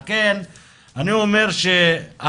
על כן אני אומר שאנחנו,